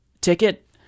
ticket